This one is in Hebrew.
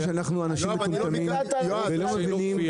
שאנחנו אנשים מטומטמים ולא מבינים מה אתה הולך לעשות.